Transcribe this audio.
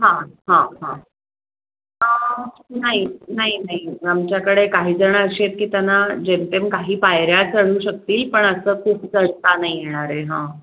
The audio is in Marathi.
हां हां हां नाही नाही नाही आमच्याकडे काही जण असे की त्यांना जेमतेम काही पायऱ्या चढू शकतील पण असं खूप चढता नाही येणार आहे हां